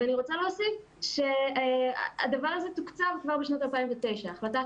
אני רוצה להוסיף שהדבר הזה תוקצב כבר בשנת 2009. החלטת